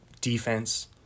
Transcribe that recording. defense